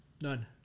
none